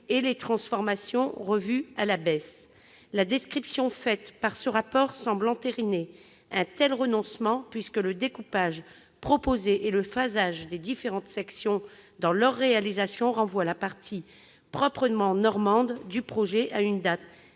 et les transformations revues à la baisse. La description ici faite semble entériner un tel renoncement, puisque le découpage proposé et le phasage des différentes sections dans leur réalisation renvoient la partie proprement normande du projet à une date